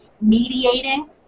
mediating